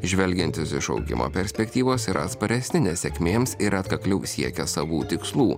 žvelgiantis iš augimo perspektyvos yra atsparesni nesėkmėms ir atkakliau siekia savų tikslų